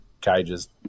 Cage's